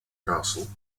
castle